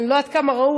אני לא יודעת כמה ראו,